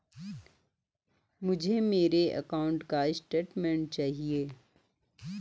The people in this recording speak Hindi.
मुझे मेरे अकाउंट का स्टेटमेंट चाहिए?